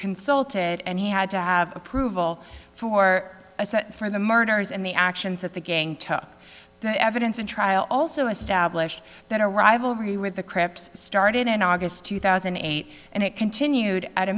consulted and he had to have approval for a set for the murders and the actions that the gang took the evidence in trial also established that a rivalry with the crips started in august two thousand and eight and it continued at a